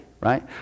right